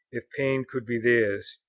if pain could be theirs,